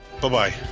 Bye-bye